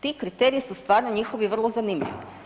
Ti kriteriji su stvarno njihovi vrlo zanimljivi.